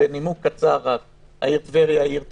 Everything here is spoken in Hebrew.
רק נימוק קצר: העיר טבריה היא עיר תיירות,